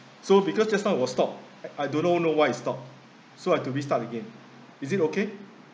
so because just now it was stop I don't know know why it stop so have to we start again is it okay